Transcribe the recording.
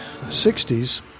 60s